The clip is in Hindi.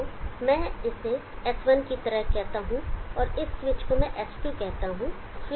तो मैं इसे S1 की तरह कहता हूं और इस स्विच को मैं S2 कहता हूं स्विच टू